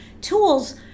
tools